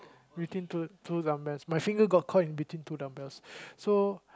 between two two dumbbells my finger got caught in between two dumbbells so